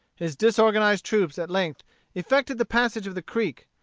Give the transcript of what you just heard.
his disorganized troops at length effected the passage of the creek,